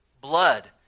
blood